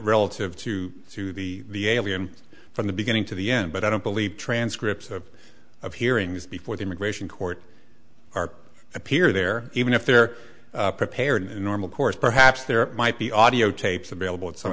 relative to to the the alien from the beginning to the end but i don't believe transcripts of of hearings before the immigration court are appear they're even if they're prepared in normal course perhaps there might be audiotapes available at some